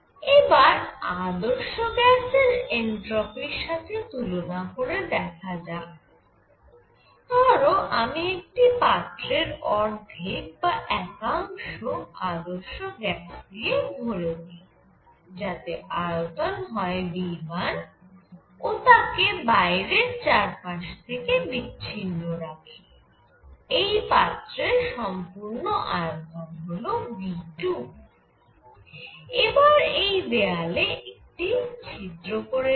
এবার আদর্শ গ্যাসের এনট্রপির সাথে তুলনা করে দেখা যাক ধরো আমি একটি পাত্রের অর্ধেক বা একাংশ আদর্শ গ্যাস দিয়ে ভরে দিই যাতে আয়তন হয় V1 ও তাকে বাইরের চারপাশ থেকে বিচ্ছিন্ন রাখি এই পাত্রের সম্পূর্ণ আয়তন হল V2 এবার এই দেওয়ালে একটি ছিদ্র করে দিই